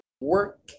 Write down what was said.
work